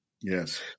Yes